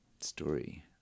story